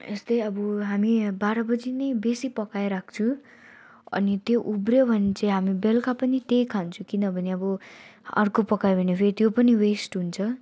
यस्तै अब हामी यहाँ बाह्र बजे नै बेसी पकाइराख्छौँ अनि त्यो उब्र्यो भने चाहिँ हामी बेलुका पनि त्यही खान्छौँ किनभने अब अर्को पकायो भने फेरि त्यो पनि वेस्ट हुन्छ